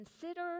Consider